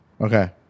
Okay